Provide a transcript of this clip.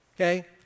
okay